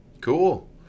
Cool